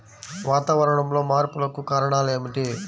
వాతావరణంలో మార్పులకు కారణాలు ఏమిటి?